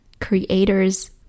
creators